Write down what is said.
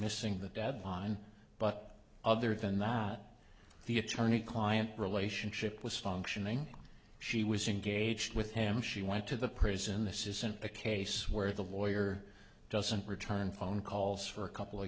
missing the deadline but other than that the attorney client relationship was functioning she was engaged with him she went to the prison this isn't the case where the lawyer doesn't return phone calls for a couple